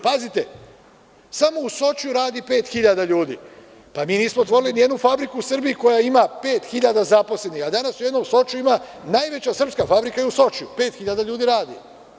Pazite, samo u Sočiju radi 5.000 ljudi, pa mi nismo otvorili ni jednu fabriku u Srbiji koja ima 5.000 zaposlenih, a danas u jednom Sočiju ima, najveća srpska fabrika je u Sočiju, 5.000 ljudi radi.